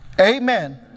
Amen